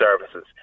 services